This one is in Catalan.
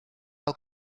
del